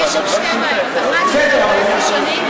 הסברתי שיש שם שתי בעיות: 1. זה 14 שנים,